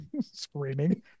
Screaming